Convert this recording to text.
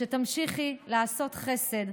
שתמשיכי לעשות חסד,